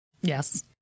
Yes